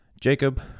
Jacob